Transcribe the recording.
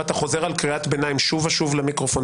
אתה חוזר על קריאת ביניים שוב ושוב למיקרופון,